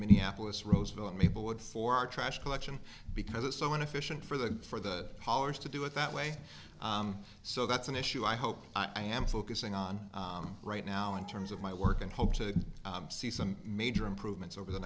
minneapolis roseville and people would for our trash collection because it's so inefficient for the for the pollers to do it that way so that's an issue i hope i am focusing on right now in terms of my work and hope to see some major improvements over the